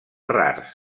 rars